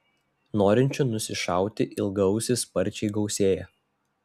norinčių nusišauti ilgaausį sparčiai gausėja